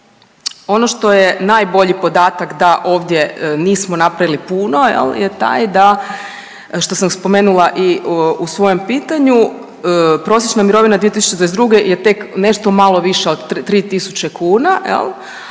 ono što je najbolji podatak da ovdje nismo napravili puno je taj da što sam spomenula i u svojem pitanju, prosječna mirovina 2022. je tek nešto malo viša od 3.000 kuna,